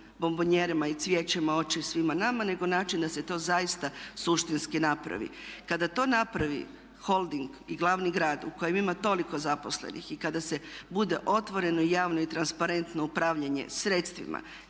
bombonjerama i cvijećem oči svima nama nego na način da se to zaista suštinski napravi. Kada to napravi holding i glavni grad u kojem ima toliko zaposlenih i kada se bude otvoreno, javno i transparentno upravljanje sredstvima,